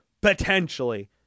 Potentially